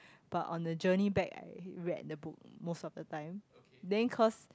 but on the journey back I read the book most of the time then cause